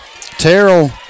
Terrell